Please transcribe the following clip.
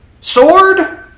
sword